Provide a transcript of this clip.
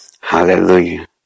Hallelujah